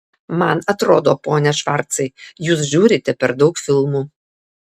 man atrodo pone švarcai jūs žiūrite per daug filmų